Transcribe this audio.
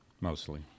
Mostly